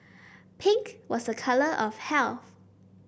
pink was a colour of health